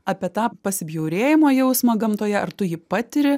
apie tą pasibjaurėjimo jausmą gamtoje ar tu jį patiri